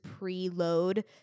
preload